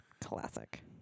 Classic